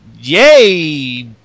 Yay